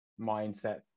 mindset